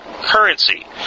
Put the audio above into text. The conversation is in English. currency